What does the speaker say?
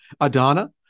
Adana